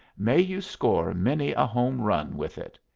may you score many a home-run with it.